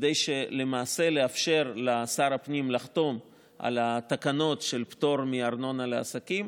כדי לאפשר לשר הפנים לחתום על התקנות של פטור מארנונה לעסקים